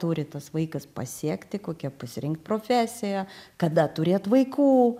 turi tas vaikas pasiekti kokią pasirinkt profesiją kada turėt vaikų